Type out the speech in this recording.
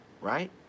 Right